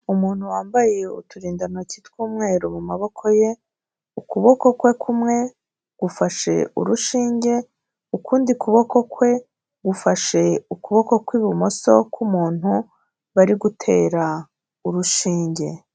Umuntu wambaye uturindantoki tw'umweru mu maboko ye ukuboko kwe kumwe gufashe urushinge ukundi kuboko kwe gufashe ukuboko kw'ibumoso k'umuntu bari gutera urushinge.